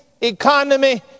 economy